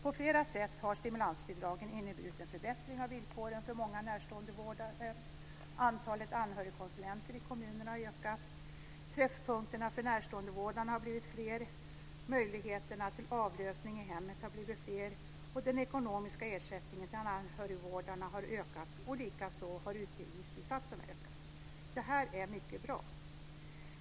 På flera sätt har stimulansbidragen inneburit en förbättring av villkoren för många närståendevårdare. Antalet anhörigkonsulenter i kommunerna har ökat. Träffpunkterna för närståendevårdarna har blivit fler. Möjligheterna till avlösning i hemmet har blivit fler. Den ekonomiska ersättningen till anhörigvårdarna har ökat, och likaså har utbildningsinsatserna ökat. Detta är mycket bra.